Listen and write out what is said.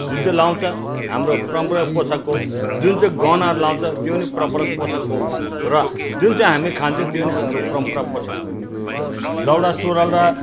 जुन चाहिँ लगाउँछ हाम्रो परम्परागत पोसाक हो जुन चाहिँ गहनाहरू लगाउँछ त्यो नै परम्परागत पोसाक हो र जुन चाहिँ हामी खान्छौँ त्यो नै हाम्रो परम्परागत पोसाक हो दौरा सुरुवाल र